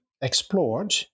explored